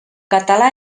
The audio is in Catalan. català